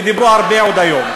וכבר דיברו הרבה היום.